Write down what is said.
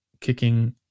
kicking